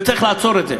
וצריך לעצור את זה.